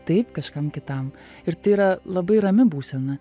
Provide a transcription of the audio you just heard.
taip kažkam kitam ir tai yra labai rami būsena